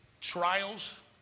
trials